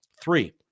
Three